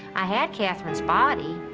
i had katherine's body,